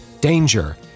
danger